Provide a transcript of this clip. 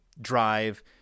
drive